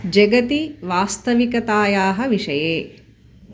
जगति वास्तविकतायाः विषये